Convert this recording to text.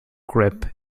grip